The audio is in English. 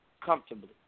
comfortably